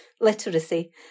literacy